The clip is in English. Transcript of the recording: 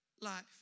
life